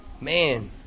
Man